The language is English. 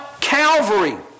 Calvary